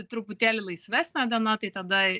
truputėlį laisvesnė diena tai tada